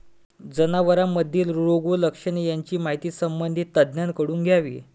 जनावरांमधील रोग व लक्षणे यांची माहिती संबंधित तज्ज्ञांकडून घ्यावी